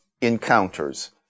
encounters